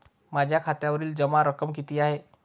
माझ्या खात्यावरील जमा रक्कम किती आहे?